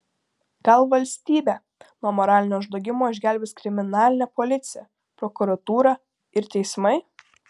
gal valstybę nuo moralinio žlugimo išgelbės kriminalinė policija prokuratūra ir teismai